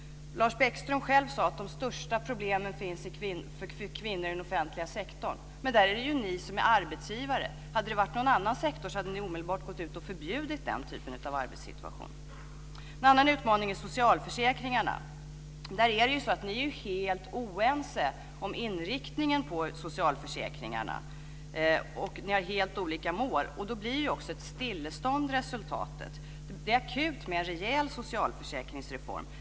Lars Bäckström sade själv att de största problemen gäller kvinnor inom den offentliga sektorn men där är det ju ni som är arbetsgivare. Hade det varit fråga om någon annan sektor skulle ni omedelbart ha gått ut och förbjudit den typen av arbetssituation. En annan utmaning gäller socialförsäkringarna. Där är ni ju helt oense om inriktningen. Ni har helt olika mål. Då blir också resultatet ett stillestånd. Det är akut med en rejäl socialförsäkringsreform.